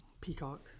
Peacock